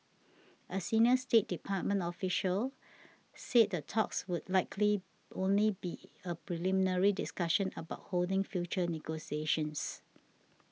a senior State Department official said the talks would likely only be a preliminary discussion about holding future negotiations